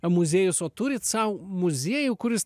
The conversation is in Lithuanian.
muziejus o turit sau muziejų kuris